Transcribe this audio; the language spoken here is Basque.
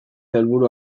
helburu